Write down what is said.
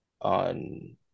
on